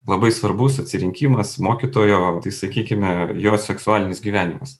labai svarbus atsirinkimas mokytojo o tai sakykime jo seksualinis gyvenimas